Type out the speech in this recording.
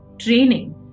training